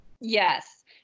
Yes